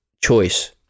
choice